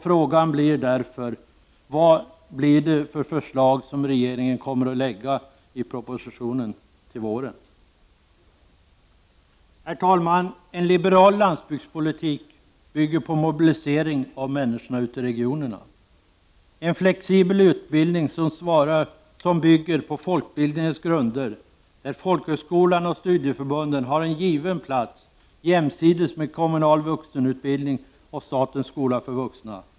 Frågan blir därför: Vad blir det för förslag som regeringen kommer att lägga fram i propositionen till våren? Herr talman! En liberal landsbygdspolitik bygger på mobilisering av människorna ute i regionerna, en flexibel utbildning som bygger på folkbildningens grunder, där folkhögskolan och studieförbundet har en given plats jämsides med kommunal vuxenutbildning och statens skola för vuxna.